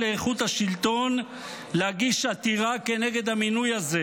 לאיכות השלטון להגיש עתירה כנגד המינוי הזה?